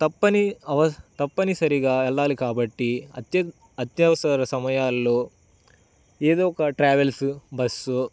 తప్పని తప్పని సరిగా వెళ్ళాలి కాబట్టి అత్యవసర సమయాల్లో ఏదో ఒక ట్రావెల్సు బస్సో